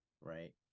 right